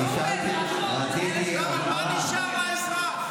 רציתי, מה נשאר לאזרח?